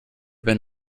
been